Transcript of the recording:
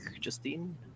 Justine